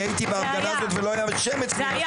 הייתי בהפגנה הזאת ולא היה שמץ מן הדברים האלה.